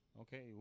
Okay